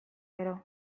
gero